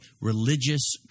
Religious